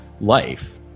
life